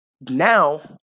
Now